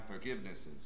forgivenesses